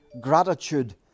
gratitude